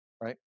right